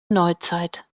neuzeit